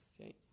Okay